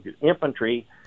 infantry